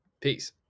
Peace